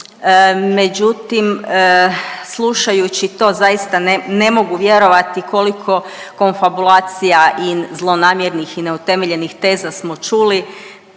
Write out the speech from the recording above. Međutim, slušajući to zaista ne mogu vjerovati koliko konfabulacija i zlonamjernih i neutemeljenih teza smo čuli.